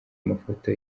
amafoto